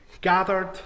gathered